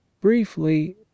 Briefly